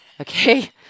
Okay